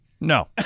No